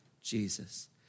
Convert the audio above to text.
Jesus